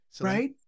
right